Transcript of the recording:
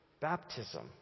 baptism